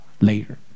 later